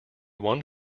one